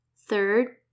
Third